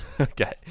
Okay